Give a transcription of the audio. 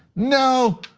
no,